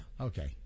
Okay